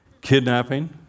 Kidnapping